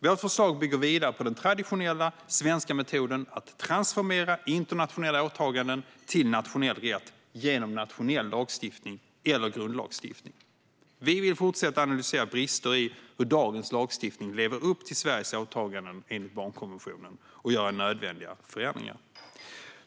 Vårt förslag bygger vidare på den traditionella svenska metoden att transformera internationella åtaganden till nationell rätt genom nationell lagstiftning eller grundlagsstiftning. Vi vill fortsätta analysera brister i hur dagens lagstiftning lever upp till Sveriges åtaganden enligt barnkonventionen och göra nödvändiga förändringar.